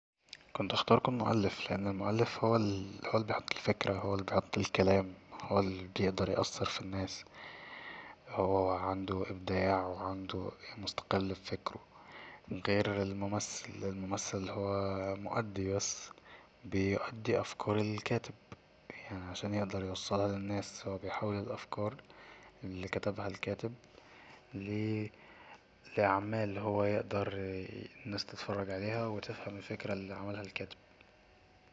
كنت هختار اكون مألف لأن المؤلف هو ال هو اللي بيحط الفكرة هو اللي بيحط الكلام هو اللي بيقدر يأثر في الناس هو عنده إبداع وعنده يعني مستقل ب فكره غير الممثل لأن الممثل هو مؤدي بس بيؤدي أفكار الكاتب يعني علشان يقدر يوصلها للناس هو بيحول الافكار اللي كتبها الكاتب لي لأعمال هو يقدر الناس تتفرج عليها وتفهم الفكرة اللي عملها الكاتب